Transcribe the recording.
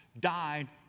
died